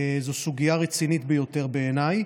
זו סוגיה רצינית ביותר בעיניי,